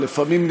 לפעמים,